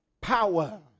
power